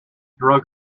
drug